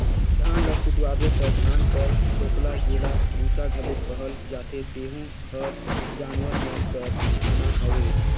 धान ल कुटवाबे ता धान कर छोकला जेला बूसा घलो कहल जाथे तेहू हर जानवर मन कर खाना हवे